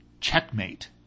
Checkmate